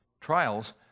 Trials